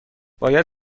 باید